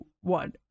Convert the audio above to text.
one